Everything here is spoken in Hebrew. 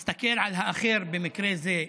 הוא הסתכל על האחר, במקרה זה,